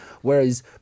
Whereas